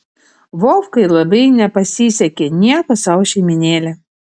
vovkai labai nepasisekė nieko sau šeimynėlė